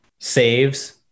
saves